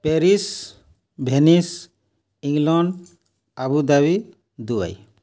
Paris Venice England Abu Dhabi Dubai